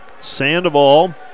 Sandoval